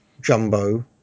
Jumbo